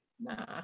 nah